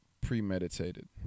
premeditated